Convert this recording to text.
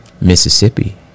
Mississippi